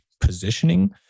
positioning